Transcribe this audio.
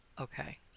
Okay